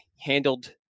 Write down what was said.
handled